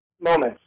Moments